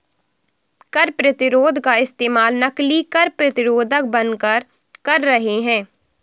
कर प्रतिरोध का इस्तेमाल नकली कर प्रतिरोधक बनकर कर रहे हैं